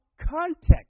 context